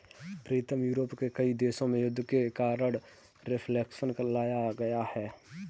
प्रीतम Europe के कई देशों में युद्ध के कारण रिफ्लेक्शन लाया गया है